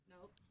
Nope